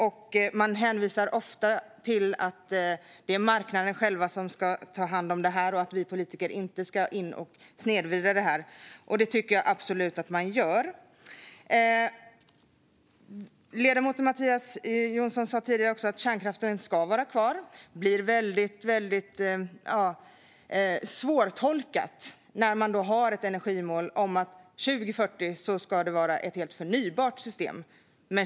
Det hänvisas ofta till att det är marknaden själv som ska ta hand om detta och att vi politiker inte ska gå in och snedvrida detta. Det tycker jag absolut att man gör. Ledamoten Mattias Jonsson sa tidigare att kärnkraften ska vara kvar. Det blir väldigt svårtolkat när man har ett energimål om att det 2040 ska vara ett helt förnybart system.